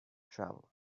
travel